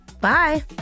Bye